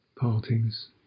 partings